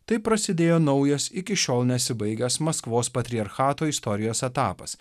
taip prasidėjo naujas iki šiol nesibaigęs maskvos patriarchato istorijos etapas